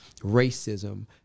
racism